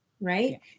Right